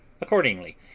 accordingly